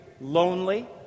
lonely